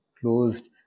closed